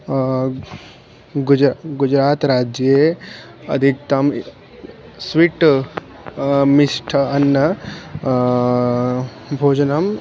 गुज गुजरात् राज्ये अधिकं स्वीट् मिष्टान्नं भोजनं